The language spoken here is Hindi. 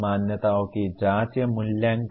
मान्यताओं की जांच या मूल्यांकन